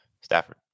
Stafford